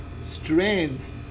strands